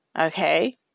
okay